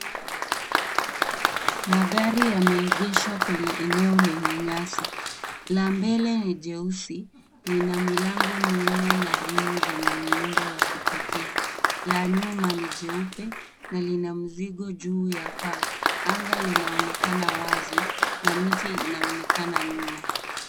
Magari yameegeshwa kwenye eneo lenye nyasi. La mbele ni jeusi. Lina minne na rimu zenye muundo wa kipekee. La nyuma ni jeupe na lina mzigo juu yaa paa. Anga linaonekana wazi na miti inaonekana nyuma.